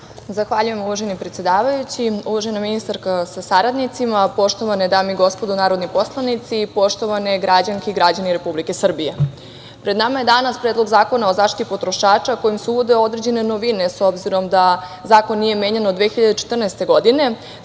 Zahvaljujem uvaženi predsedavajući, uvažena ministarka sa saradnicima, poštovane dame i gospodo narodni poslanici, poštovane građanke i građani Republike Srbije. Pred nama je danas Predlog zakona o zaštiti potrošača kojim se uvode određene novine, s obzirom da zakon nije menjan od 2014. godine,